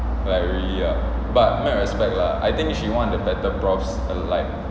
like really ah but mad respect lah I think she's one of the better profs like